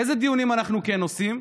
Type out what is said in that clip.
איזה דיונים אנחנו כן עושים?